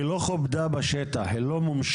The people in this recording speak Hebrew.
היא לא כובדה בשטח, היא לא מומשה